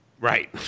Right